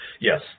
Yes